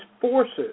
forces